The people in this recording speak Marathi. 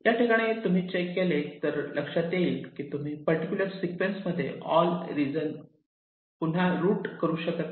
याठिकाणी तुम्ही चेक केले तर लक्षात येईल की तुम्ही पर्टिक्युलर सिक्वेन्स मध्ये ऑल रिजन पुन्हा रूट करू शकत नाही